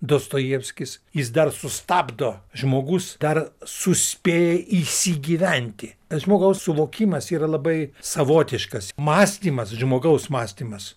dostojevskis jis dar sustabdo žmogus dar suspėja įsigyventi tas žmogaus suvokimas yra labai savotiškas mąstymas žmogaus mąstymas